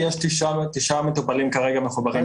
יש 9 מטופלים כרגע מחוברים.